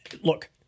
Look